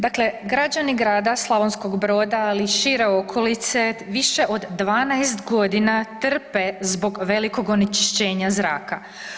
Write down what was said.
Dakle, građani grada Slavonskog Broda, ali i šire okolice više od 12 godina trpe zbog onečišćenja zraka.